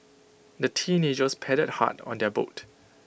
the teenagers paddled hard on their boat